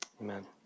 amen